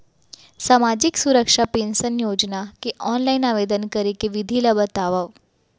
सामाजिक सुरक्षा पेंशन योजना के ऑनलाइन आवेदन करे के विधि ला बतावव